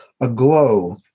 aglow